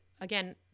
again